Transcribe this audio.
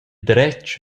dretg